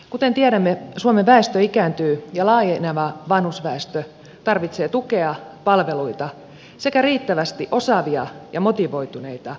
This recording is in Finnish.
kuten tiedämme suomen väestö ikääntyy ja laajeneva vanhusväestö tarvitsee tukea palveluita sekä riittävästi osaavia ja motivoituneita työntekijöitä